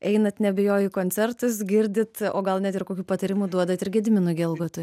einat neabejoju koncertus girdit o gal net ir kokių patarimų duodat ir gediminui gelgotui